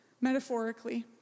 metaphorically